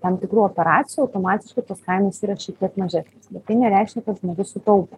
tam tikrų operacijų automatiškai tos kainos yra šiek tiek mažesnės bet tai nereiškia kad žmogus sutaupo